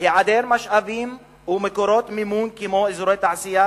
היעדר משאבים ומקורות מימון כמו אזורי תעשייה,